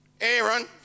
Aaron